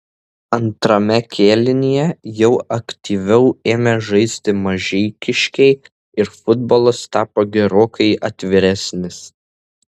antrame kėlinyje jau aktyviau ėmė žaisti mažeikiškiai ir futbolas tapo gerokai atviresnis